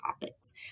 topics